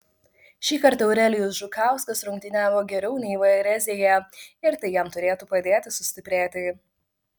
šįkart eurelijus žukauskas rungtyniavo geriau nei varezėje ir tai jam turėtų padėti sustiprėti